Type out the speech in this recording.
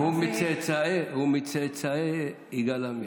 הוא מצאצאי יגאל עמיר.